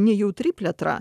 nejautri plėtra